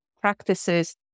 practices